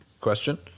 Question